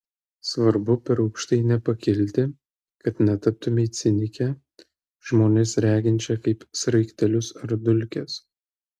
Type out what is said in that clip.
svarbu per aukštai nepakilti kad netaptumei cinike žmones reginčia kaip sraigtelius ar dulkes